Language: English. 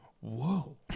whoa